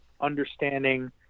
understanding